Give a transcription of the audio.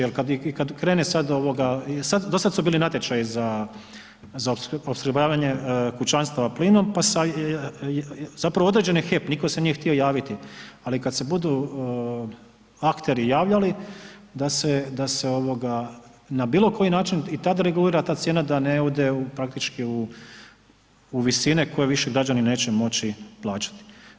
Jer i kad krene sad ovoga, dosad su bili natječaji za opskrbljavanje kućanstva plinom pa, zapravo određen je HEP nitko se nije htio javiti, ali kad se budu akteri javljali da se ovoga na bilo koji način i tad regulira ta cijena da ne ode praktički u visine koje više građani neće moći plaćati.